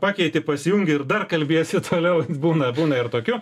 pakeiti pasijungi ir dar kalbiesi toliau būna būna ir tokių